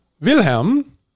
Wilhelm